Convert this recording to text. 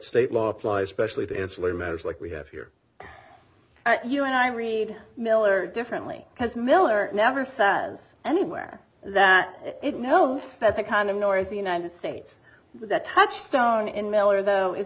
state law applies specially tinsley measures like we have here you and i read miller differently because miller never says anywhere that it knows that the kind of noise the united states that touchstone in miller though is